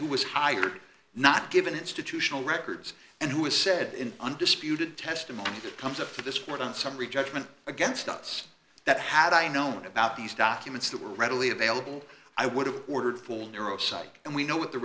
who was hired not given institutional records and who has said in undisputed testimony that comes up to this court on summary judgment against us that had i known about these documents that were readily available i would have ordered full neuro psych and we know what the